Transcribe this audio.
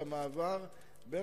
במעבר בין